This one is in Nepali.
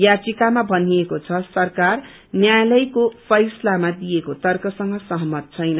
याचिकामा भनिएको छ सरकार न्यायालयको फैसलामा दिएको तर्कसँग सहमत छैन